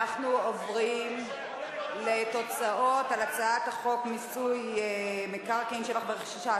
אנחנו עוברים לתוצאות על הצעת חוק מיסוי מקרקעין (שבח ורכישה),